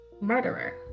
Murderer